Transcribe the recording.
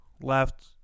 Left